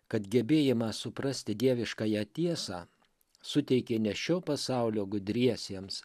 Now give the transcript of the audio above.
kad gebėjimą suprasti dieviškąją tiesą suteikė ne šio pasaulio gudriesiems